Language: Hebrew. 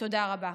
תודה רבה.